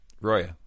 Roya